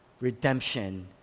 redemption